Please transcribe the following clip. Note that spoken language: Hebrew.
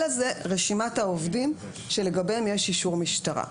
אלא זה רשימת עובדים שלגביהם יש אישור משטרה.